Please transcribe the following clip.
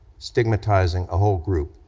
stigmatizing a whole group